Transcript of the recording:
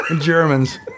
Germans